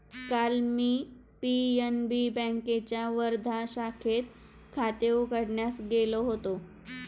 काल मी पी.एन.बी बँकेच्या वर्धा शाखेत खाते उघडण्यास गेलो होतो